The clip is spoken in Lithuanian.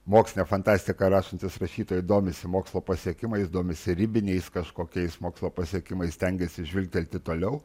mokslinę fantastiką rašantys rašytojai domisi mokslo pasiekimais domisi ribiniais kažkokiais mokslo pasiekimais stengiasi žvilgtelti toliau